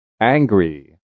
Angry